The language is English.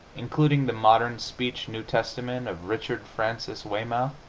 including the modern speech new testament of richard francis weymouth,